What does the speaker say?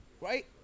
right